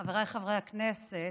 חבריי חברי הכנסת,